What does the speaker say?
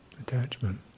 Attachment